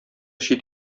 чит